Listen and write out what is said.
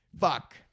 Fuck